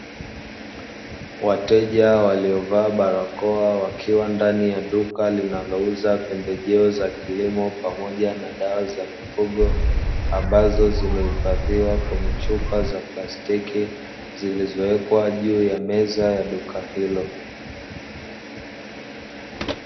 Wateja waliovaa barakoa wakiwa ndani ya duka linalouza pembejeo za kilimo pamoja na dawa za mifugo, ambazo zimehifadhiwa kwenye chupa za plastiki zilizowekwa juu ya meza ya duka hilo.